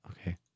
Okay